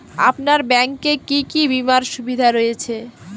আপনার ব্যাংকে কি কি বিমার সুবিধা রয়েছে?